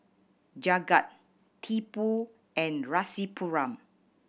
Jagat Tipu and Rasipuram